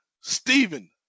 Stephen